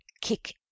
kick